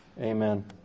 Amen